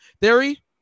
Theory